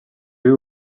you